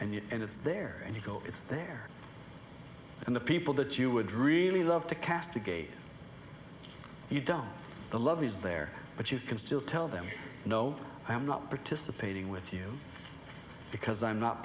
you and it's there and you go it's there and the people that you would really love to castigate you don't the love is there but you can still tell them no i'm not participating with you because i'm not